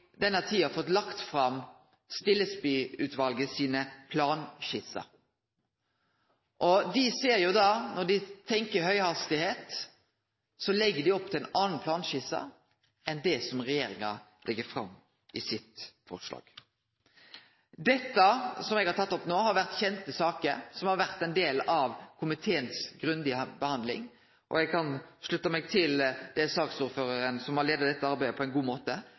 denne tida fått lagt fram Stillesby-utvalet sine planskisser. Når dei tenkjer høghastigheit, legg dei opp til ei anna planskisse enn det som regjeringa legg fram i forslaget sitt. Dette som eg har teke opp no, har vore kjende saker, som har vore ein del av den grundige behandlinga i komiteen, og eg kan slutte meg til at saksordføraren har leidd dette arbeidet på ein god måte.